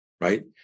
right